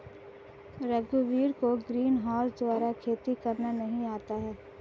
रघुवीर को ग्रीनहाउस द्वारा खेती करना नहीं आता है